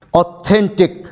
authentic